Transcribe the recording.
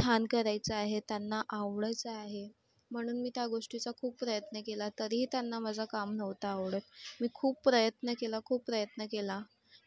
छान करायचं आहे त्यांना आवडायचं आहे म्हणून मी त्या गोष्टीचा खूप प्रयत्न केला तरीही त्यांना माझं काम नव्हतं आवडत मी खूप प्रयत्न केला खूप प्रयत्न केला